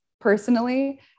personally